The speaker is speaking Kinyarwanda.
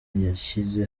yashyize